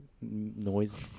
noise